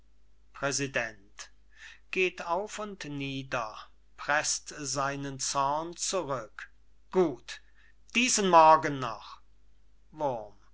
zurück gut diesen morgen noch